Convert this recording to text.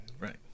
Right